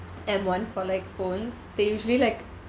M one for like phones they usually like